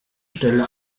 stelle